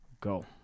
Go